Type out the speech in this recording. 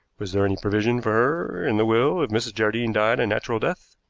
was there any provision for her in the will if mrs. jardine died a natural death?